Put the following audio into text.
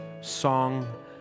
song